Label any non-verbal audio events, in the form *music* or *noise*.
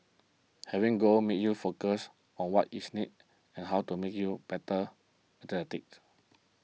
having goals makes you focus on what is next and how to make you better *unintelligible*